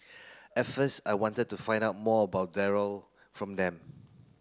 at first I wanted to find out more about from them